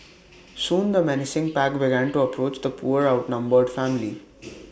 soon the menacing pack began to approach the poor outnumbered family